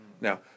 Now